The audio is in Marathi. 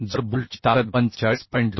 जर बोल्टची ताकद 45